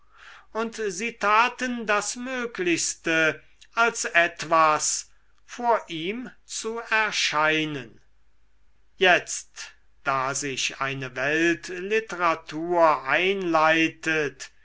und sie taten das möglichste als etwas vor ihm zu erscheinen jetzt da sich eine weltliteratur einleitet